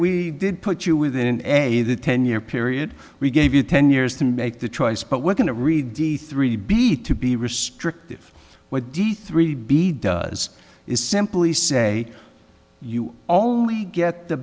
did put you within a ten year period we gave you ten years to make the choice but we're going to read d three b to be restrictive what d three b does is simply say you only get the